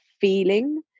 feeling